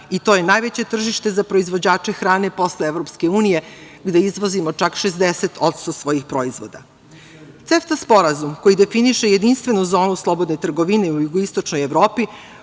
i to je najveće tržište za proizvođače hrane posle EU, gde izvozimo čak 60% svojih proizvoda. CEFTA sporazum koji definiše jedinstvenu zonu slobodne trgovine u jugoistočnoj Evropi